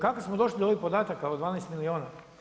Kako smo došli do ovih podataka od 12 milijuna?